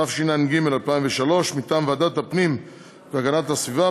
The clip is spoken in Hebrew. התשע"ג 2003: מטעם ועדת הפנים והגנת הסביבה,